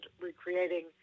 recreating